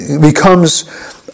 becomes